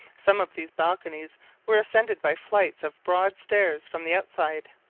some of these balconies were ascended by flights of broad stairs from the outside.